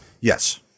Yes